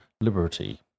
liberty